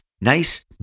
nice